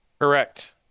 Correct